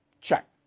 Check